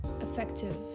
effective